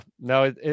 no